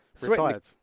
retired